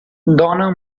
dona